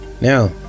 Now